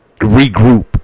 regroup